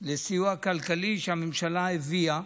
לסיוע כלכלי שהממשלה הביאה,